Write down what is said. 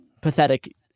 pathetic